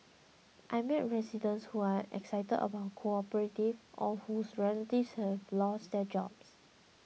I've met residents who are excited about cooperative or whose relatives have lost their jobs